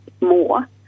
more